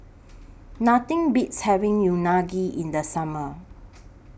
Nothing Beats having Unagi in The Summer